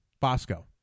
Bosco